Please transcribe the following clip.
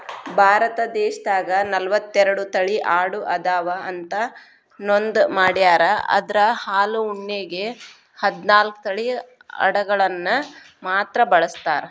ಭಾರತ ದೇಶದಾಗ ನಲವತ್ತೆರಡು ತಳಿ ಆಡು ಅದಾವ ಅಂತ ನೋಂದ ಮಾಡ್ಯಾರ ಅದ್ರ ಹಾಲು ಉಣ್ಣೆಗೆ ಹದ್ನಾಲ್ಕ್ ತಳಿ ಅಡಗಳನ್ನ ಮಾತ್ರ ಬಳಸ್ತಾರ